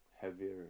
heavier